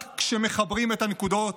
רק כשמחברים את הנקודות